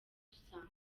dusanga